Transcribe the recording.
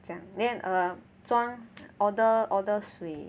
then err 这样装 order order 水